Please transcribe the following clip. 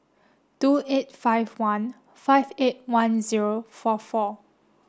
two eight five one five eight one zero four four